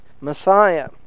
Messiah